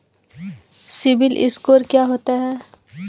CIBIL score क्या होता है?